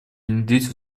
внедрить